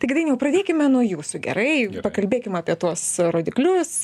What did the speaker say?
tai gi dainiau pradėkime nuo jūsų gerai pakalbėkim apie tuos rodiklius